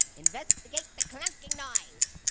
investigate the clunking noise.